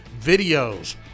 videos